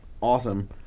awesome